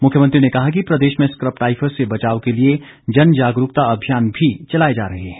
मुख्यमंत्री ने कहा कि प्रदेश में स्कब टायफस से बचाव के लिए जन जागरूकता अभियान भी चलाए जा रहे हैं